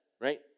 right